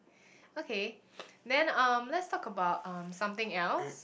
okay then um let's talk about um something else